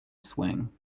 swing